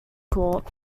court